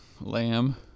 Lamb